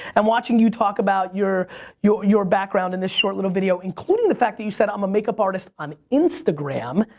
and watching you talk about your your background in this short little video, including the fact that you said, i'm a makeup artist on instagram,